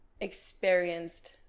experienced